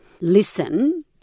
listen